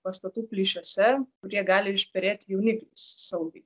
pastatų plyšiuose kur jie gali išperėti jauniklius saugiai